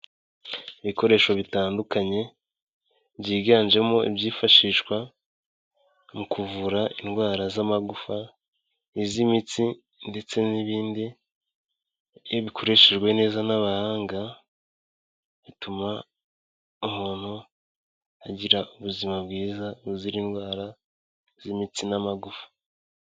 Ibikoresho bitandukanye byiganjemo ibyifashishwa mu kuvura indwara z'amagufa n'iz'imitsi ndetse n'ibindi, iyo bikoreshejwe neza n'abahanga bituma umuntu agira ubuzima bwiza buzira indwara z'imitsi n'amagufa.